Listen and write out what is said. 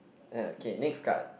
uh okay next card